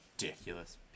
ridiculous